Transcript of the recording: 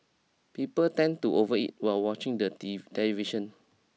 people tend to overeat while watching the television